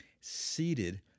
seated